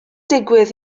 digwydd